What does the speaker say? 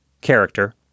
character